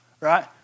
right